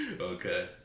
okay